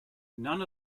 none